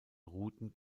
routen